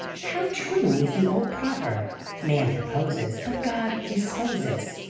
how true is the old proverb man proposes but god disposes!